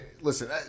listen